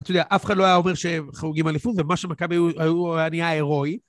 אתה יודע, אף אחד לא היה אומר שהם חרוגים אליפות, ומה שמכבי היו היה נהיה הירואי.